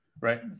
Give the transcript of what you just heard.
right